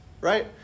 right